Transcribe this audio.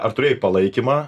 ar turėjai palaikymą